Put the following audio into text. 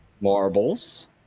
marbles